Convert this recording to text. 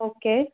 okay